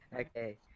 Okay